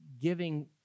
giving